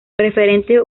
referente